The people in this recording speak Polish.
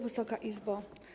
Wysoka Izbo!